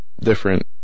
different